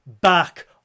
back